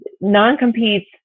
non-competes